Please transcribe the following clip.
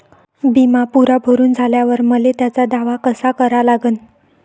बिमा पुरा भरून झाल्यावर मले त्याचा दावा कसा करा लागन?